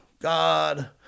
God